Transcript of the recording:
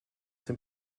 dem